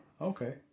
Okay